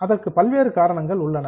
அதற்கு பல்வேறு காரணங்கள் உள்ளன